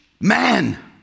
Man